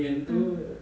mm